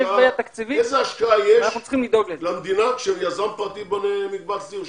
איזו השקעה יש למדינה כשיזם פרטי בונה מקבץ דיור?